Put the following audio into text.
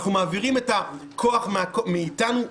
אנחנו מעבירים את הכוח מאתנו,